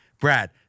Brad